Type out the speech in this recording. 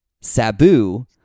Sabu